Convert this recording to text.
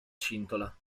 cintola